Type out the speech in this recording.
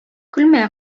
көлмә